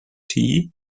tea